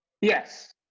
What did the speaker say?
Yes